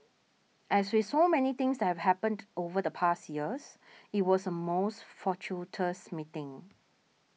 as with so many things have happened over the past years it was a most fortuitous meeting